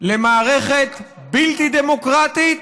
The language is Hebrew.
למערכת בלתי דמוקרטית